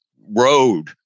road